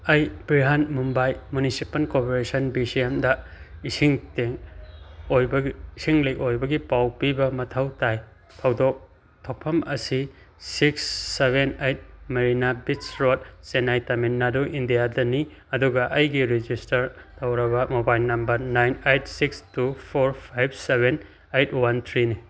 ꯑꯩ Brihanmumbai municipal corporation B C ꯑꯦꯝꯗ ꯏꯁꯤꯡ ꯇꯦꯡ ꯏꯁꯤꯡ ꯂꯤꯛ ꯑꯣꯏꯕꯒꯤ ꯄꯥꯎ ꯄꯤꯕ ꯃꯊꯧ ꯇꯥꯏ ꯊꯧꯗꯣꯛ ꯊꯣꯛꯐꯝ ꯑꯁꯤ ꯁꯤꯛꯁ ꯁꯚꯦꯟ ꯑꯥꯏꯠ ꯃꯔꯤꯅꯥ ꯕꯤꯠꯁ ꯔꯣꯠ ꯆꯦꯅꯥꯏ ꯇꯥꯃꯤꯜ ꯅꯥꯗꯨ ꯏꯟꯗꯤꯌꯥꯗꯅꯤ ꯑꯗꯨꯒ ꯑꯩꯒꯤ ꯔꯦꯖꯤꯁꯇꯔ ꯇꯧꯔꯕ mobile number nine eight six two four five seven eight one ꯊ꯭ꯔꯤꯅꯤ